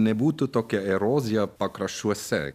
nebūtų tokia erozija pakraščiuose